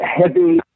heavy